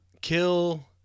Kill